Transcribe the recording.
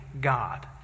God